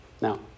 Now